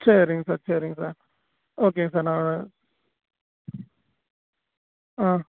சரிங்க சார் சரிங்க சார் ஓகேங்க சார் நான் ஆ